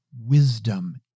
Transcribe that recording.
wisdom